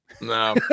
No